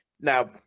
Now